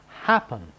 happen